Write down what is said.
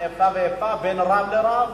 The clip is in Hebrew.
איפה ואיפה בין רב לרב.